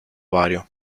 vario